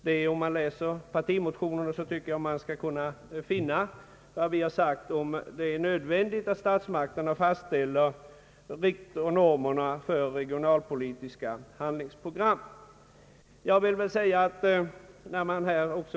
Den som läser partimotionen finner ju vad vi anser om nödvändigheten av att statsmakterna fastställer normerna för regionalpolitiska handlingsprogram.